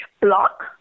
block